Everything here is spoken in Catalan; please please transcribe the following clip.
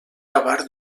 acabar